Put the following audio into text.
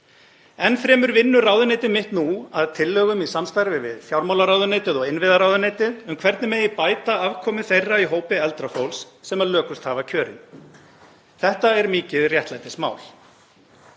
Enn fremur vinnur ráðuneyti mitt nú að tillögum í samstarfi við fjármálaráðuneytið og innviðaráðuneytið um hvernig megi bæta afkomu þeirra í hópi eldra fólks sem lökust hafa kjörin. Þetta er mikið réttlætismál.